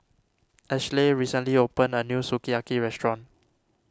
Ashleigh recently opened a new Sukiyaki restaurant